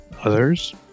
others